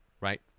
Right